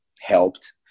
helped